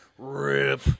Rip